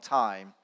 time